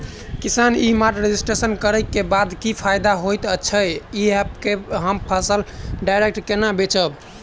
किसान e mart registration करै केँ बाद की फायदा होइ छै आ ऐप हम फसल डायरेक्ट केना बेचब?